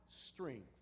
strength